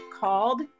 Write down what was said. called